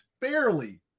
fairly